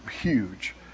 huge